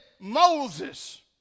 Moses